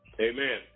Amen